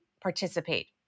participate